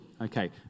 Okay